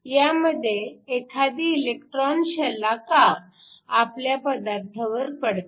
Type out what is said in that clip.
ह्यामध्ये एखादी इलेक्ट्रॉन शलाका आपल्या पदार्थावर पडते